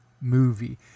movie